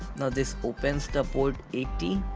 now this opens the port eighty.